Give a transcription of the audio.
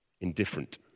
indifferent